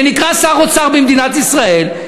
שנקרא שר אוצר במדינת ישראל,